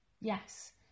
yes